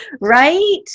Right